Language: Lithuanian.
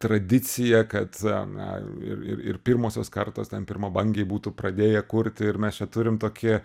tradicija kad a na ir ir ir pirmosios kartos ten pirmabangiai būtų pradėję kurt ir mes čia turim tokį